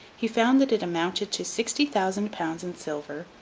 he found that it amounted to sixty thousand pounds in silver,